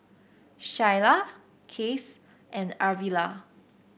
Shyla Case and Arvilla